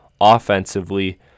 offensively